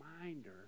reminder